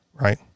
right